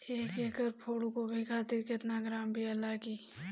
एक एकड़ फूल गोभी खातिर केतना ग्राम बीया लागेला?